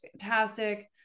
fantastic